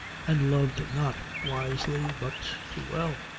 and loved not wisely but too well